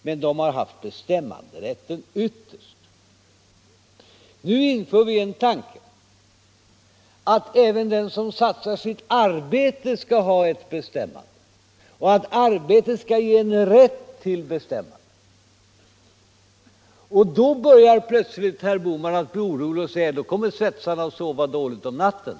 Men de har haft den yttersta bestämmanderätten. Nu för vi fram förslaget att även de som satsar sitt arbete skall ha bestämmanderätt, att arbetet skall ge rätt till bestämmande. Men då börjar plötsligt herr Bohman bli orolig och säga, att då kommer svetsarna att sova dåligt om natten.